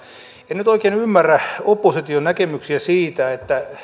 en nyt oikein ymmärrä opposition näkemyksiä siitä että